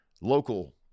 local